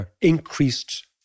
increased